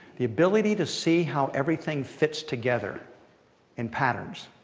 the ability to see how everything fits together in patterns.